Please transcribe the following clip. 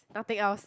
nothing else